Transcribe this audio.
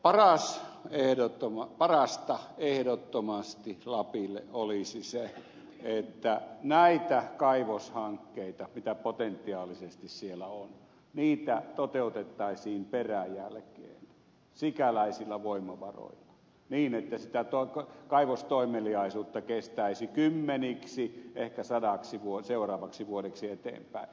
seurujärvelle että parasta ehdottomasti lapille olisi se että näitä kaivoshankkeita joita potentiaalisesti siellä on toteutettaisiin peräjälkeen sikäläisillä voimavaroilla niin että sitä kaivostoimeliaisuutta kestäisi kymmeniksi ehkä sadaksi seuraavaksi vuodeksi eteenpäin